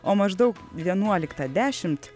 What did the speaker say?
o maždaug vienuoliktą dešimt